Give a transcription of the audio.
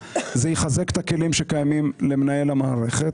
זה דבר שיחזק את הכלים שקיימים למנהל המשק,